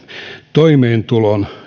toimeentulon